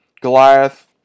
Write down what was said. Goliath